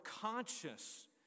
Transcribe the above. conscious